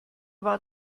war